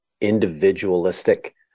individualistic